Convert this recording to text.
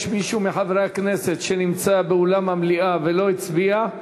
יש מישהו מחברי הכנסת שנמצא באולם המליאה ולא הצביע?